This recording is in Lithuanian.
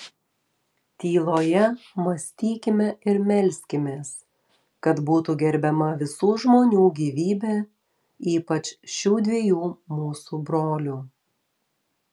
tyloje mąstykime ir melskimės kad būtų gerbiama visų žmonių gyvybė ypač šių dviejų mūsų brolių